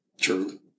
True